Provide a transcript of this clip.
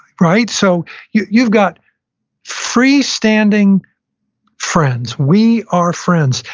right, so you've you've got freestanding friends. we are friends.